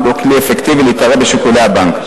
או כלי אפקטיבי להתערב בשיקולי הבנק.